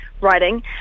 writing